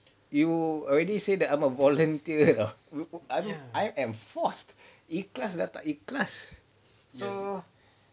you already say that I'm a volunteer know I mean I am forced ikhlas ke tak ikhlas so